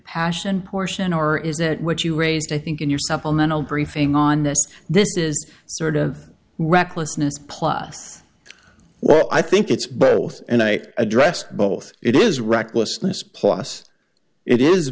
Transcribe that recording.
passion portion or is that what you raised i think in your supplemental briefing on this this is sort of recklessness plus well i think it's both and i address both it is recklessness plus it is